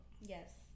yes